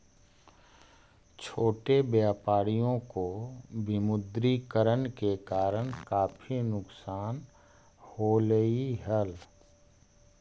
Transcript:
छोटे व्यापारियों को विमुद्रीकरण के कारण काफी नुकसान होलई हल